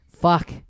fuck